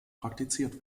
praktiziert